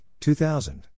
2000